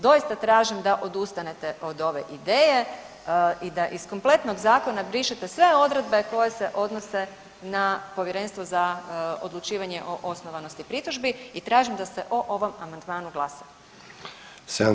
Doista tražim da odustanete od ove ideje i da iz kompletnog zakona brišete sve odredbe koje se odnose na Povjerenstvo za odlučivanje o osnovanosti pritužbi i tražim da se ovom amandmanu glasa.